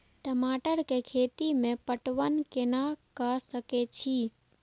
टमाटर कै खैती में पटवन कैना क सके छी?